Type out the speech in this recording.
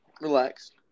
relaxed